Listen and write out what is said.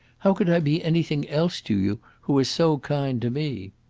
how could i be anything else to you who are so kind to me?